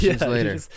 later